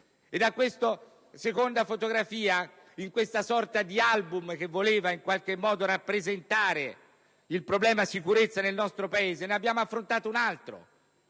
di questa seconda fotografia, in questa sorta di album che voleva in qualche modo rappresentare il problema della sicurezza nel nostro Paese, ne abbiamo affrontato un altro,